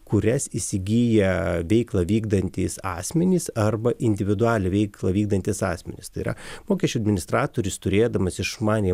kurias įsigyja veiklą vykdantys asmenys arba individualią veiklą vykdantys asmenys tai yra mokesčių administratorius turėdamas išmaniąją